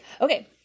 Okay